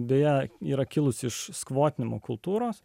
beje yra kilusi iš skvotinimo kultūros